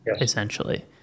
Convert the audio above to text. essentially